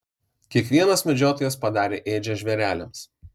kiekvienas medžiotojas padarė ėdžias žvėreliams